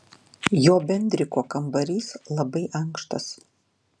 jo bendriko kambarys labai ankštas